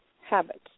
habits